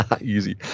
Easy